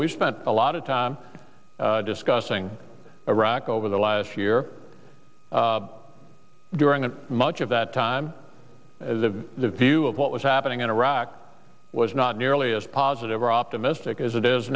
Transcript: we spent a lot of time discussing iraq over the last year during and much of that time as the view of what was happening in iraq was not nearly as positive or optimistic as it is